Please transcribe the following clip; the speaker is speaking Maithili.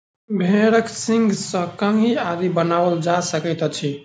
भेंड़क सींगसँ कंघी आदि बनाओल जा सकैत अछि